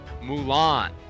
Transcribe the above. Mulan